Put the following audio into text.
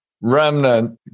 remnant